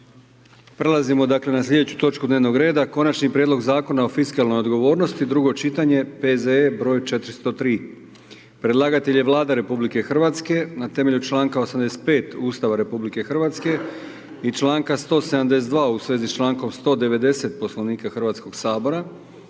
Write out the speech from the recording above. Prelazimo dakle, na sljedeću točku dnevnog reda: - Konačni prijedlog Zakona o fiskalnoj odgovornosti, drugo čitanje, P.Z.E. br. 403. Predlagatelj je Vlada Republike Hrvatske na temelju čl. 85. Ustava RH i čl. 172. u svezi s člankom 190. Poslovnika Hrvatskog sabora.